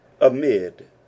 amid